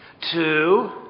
two